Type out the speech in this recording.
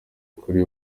kuri